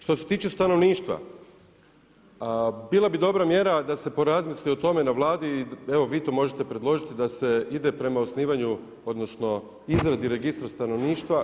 Što se tiče stanovništva, bila bi dobra mjera da se porazmisli o tome na Vladi i evo vi to možete predložiti da se ide prema osnivanju, odnosno izradi registra stanovništva.